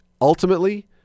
ultimately